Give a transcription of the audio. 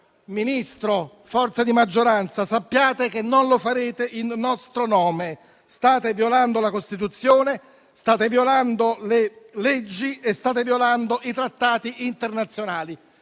Ministro, forze di maggioranza, sappiate che non lo farete in nostro nome. State violando la Costituzione, le leggi e i trattati internazionali.